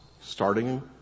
starting